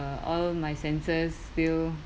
uh all my senses feel